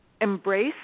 embrace